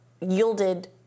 yielded